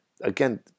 again